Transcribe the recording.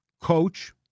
coach